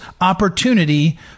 opportunity